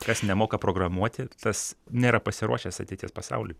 kas nemoka programuoti tas nėra pasiruošęs ateities pasauliui